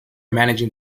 managing